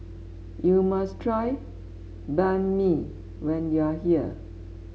you must try Banh Mi when you are here